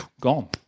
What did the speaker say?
Gone